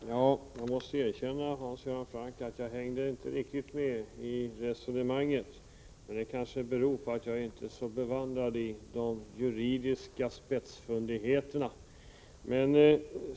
Fru talman! Jag måste erkänna, Hans Göran Franck, att jag inte riktigt hängde med i resonemanget. Det kanske beror på att jag inte är så bevandrad i de juridiska spetsfundigheterna.